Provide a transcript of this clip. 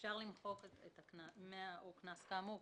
אפשר למחוק "או קנס כאמור".